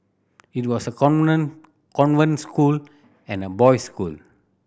it was a convent school and a boys school